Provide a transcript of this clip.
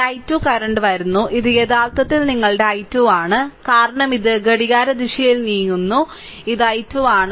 ഈ i2 current വരുന്നു ഇത് യഥാർത്ഥത്തിൽ നിങ്ങളുടെ i2 ആണ് കാരണം ഇത് ഘടികാരദിശയിൽ നീങ്ങുന്നു ഇത് i2 ആണ്